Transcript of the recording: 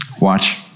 Watch